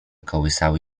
kołysały